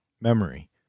Memory